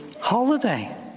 holiday